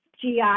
gi